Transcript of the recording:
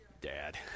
Dad